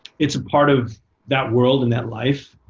it's a part of that world and that life